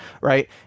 right